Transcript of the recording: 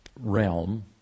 realm